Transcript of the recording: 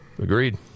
Agreed